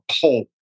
pull